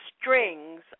strings